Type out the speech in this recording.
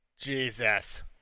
jesus